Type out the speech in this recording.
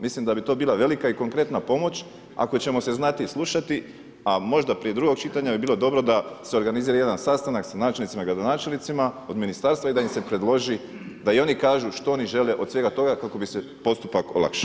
Mislim da bi to bila velika i konkretna pomoć ako ćemo se znati slušati, a možda prije drugog čitanja bi bilo dobro da se organizira jedan sastanak sa načelnicima, gradonačelnicima od ministarstva i da im se predloži da i oni kažu što oni žele od svega toga kako bi se postupak olakšao.